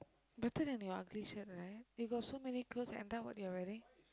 better than your ugly shirt right you got so many clothes end up what you're wearing